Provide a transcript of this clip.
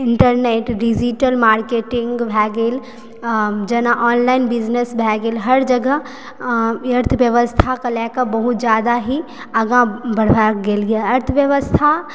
internet digital marketing भए गेल आ जेना ऑनलाइन बिजनेस भए गेल हर जगह अर्थव्यवस्थाके लए कऽ बहुत जादा ही आगाँ बढ़बा गेल यऽ अर्थव्यवस्था